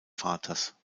vaters